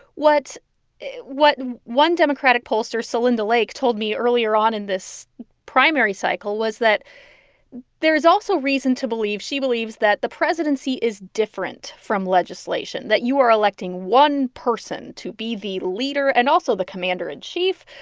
what what one democratic pollster, celinda so and lake, told me earlier on in this primary cycle was that there is also reason to believe she believes that the presidency is different from legislation, that you are electing one person to be the leader and also the commander in chief,